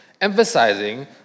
Emphasizing